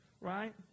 right